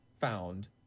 found